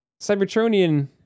Cybertronian